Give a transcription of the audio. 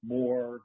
more